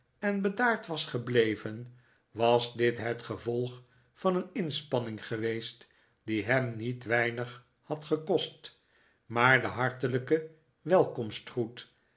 en bedaard was gebleven was dit het gevolg van een inspanning geweest die hem niet weinig had gekost maar de hartelijke welkomstgroet